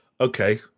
Okay